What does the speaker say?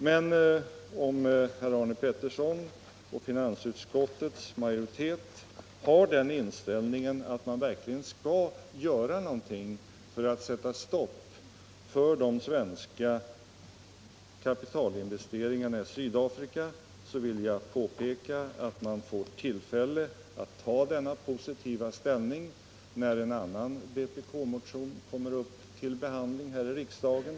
Men om herr Pettersson i Malmö och finansutskottets majoritet har den inställningen att man verkligen vill göra någonting för att sätta stopp för de svenska kapitalinvesteringarna i Sydafrika, så vill jag påpeka att man får tillfälle att ta denna positiva ställning när en annan vpk-motion kommer upp till behandling här i riksdagen.